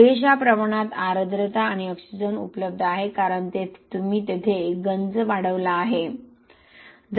पुरेशा प्रमाणात आर्द्रता आणि ऑक्सिजन उपलब्ध आहे कारण तुम्ही तेथे गंज वाढवला आहे